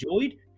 enjoyed